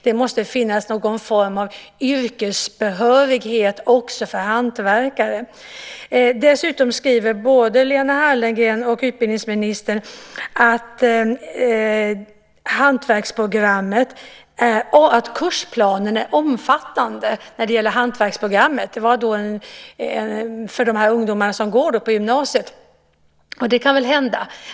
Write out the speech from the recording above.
Det måste finnas någon form av yrkesbehörighet också för hantverkare. Dessutom skriver både Lena Hallengren och utbildningsministern att kursplanen är omfattande för hantverksprogrammet. Det gäller de ungdomar som går på gymnasiet. Det kan väl hända.